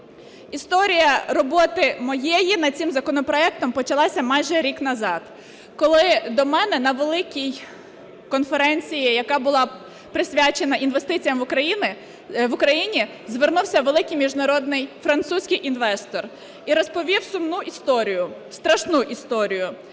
Історія роботи моєї над цим законопроектом почалася майже рік назад, коли до мене на великій конференції, яка була присвячена інвестиціям в Україні, звернувся великий міжнародний французький інвестор і розповів сумну історію, страшну історію